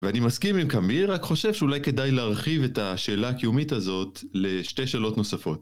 ואני מסכים עם קאמי, רק חושב שאולי כדאי להרחיב את השאלה הקיומית הזאת לשתי שאלות נוספות.